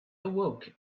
awoke